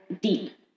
deep